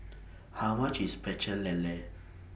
How much IS Pecel Lele